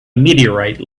meteorite